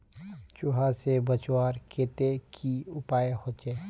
चूहा से बचवार केते की उपाय होचे?